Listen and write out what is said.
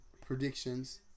predictions